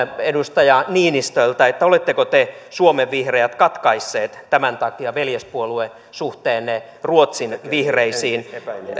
edustaja niinistöltä oletteko te suomen vihreät katkaisseet tämän takia veljespuoluesuhteenne ruotsin vihreisiin